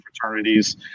fraternities